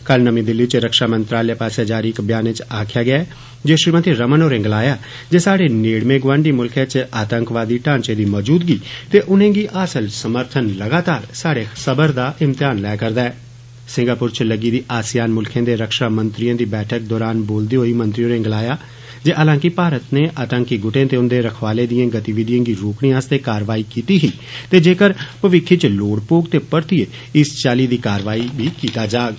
कल नमीं दिल्ली च रक्षा मंत्रालय पास्सेया जारी इक्क ब्यानै च आक्खेया गेया जे श्रीमती रमन होरें गलाया ऐ जे साढ़े नेढ़में गोआंडी मुल्खै च आंतकवादी ढ़ावें दी मौजूदगी ते उनेंगीहासल समर्थन लगातार साढ़े सबर दा इम्तेयान लै करदा ऐ सिंगापुर च लग्गी दी आसियान मुल्खें दे रक्षा मंत्रियें दी बैठक दौरान बोलदे होई मंत्री होरे गलाया जे हलांकि भारत नै आंतर्की गुटे ते उन्दे रखवाले दिये गतिविधियें गी रोकने आस्तै कार्यवाई कीत्ती ही ते जेकर भविक्खइच लोढ़ पौग ते परतिये इस चाल्ली दी कार्यवाई गी अंजाम दित्ता जाग